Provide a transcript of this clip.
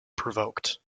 provoked